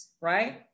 right